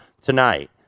tonight